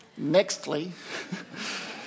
Nextly